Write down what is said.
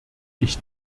ich